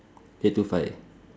eight to five